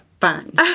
fun